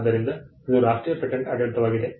ಆದ್ದರಿಂದ ಇದು ರಾಷ್ಟ್ರೀಯ ಪೇಟೆಂಟ್ ಆಡಳಿತವಾಗಿದೆ